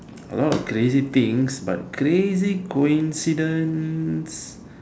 a lot of crazy things but crazy coincidence